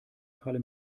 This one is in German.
teile